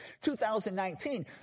2019